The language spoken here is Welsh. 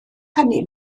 hynny